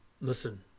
Listen